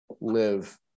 live